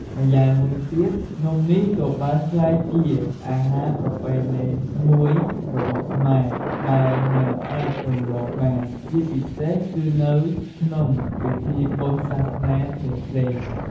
ម្យ៉ាងវិញទៀត នំនេះក៏បានក្លាយជាអាហារប្រពៃណីមួយរបស់ខ្មែរ ដែលមិនអាចរំលងបាន ជាពិសេសគឺនៅក្នុងពិធីបុណ្យសាសនាផ្សេងៗ។